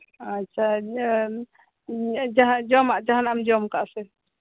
ᱟᱪᱪᱷᱟ ᱤᱭᱟᱹ ᱡᱚᱢᱟᱜ ᱡᱟᱸᱦᱟᱱᱟᱜ ᱮᱢ ᱟᱠᱟᱫ ᱟ ᱥᱮ